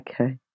Okay